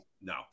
no